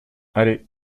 allez